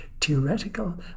theoretical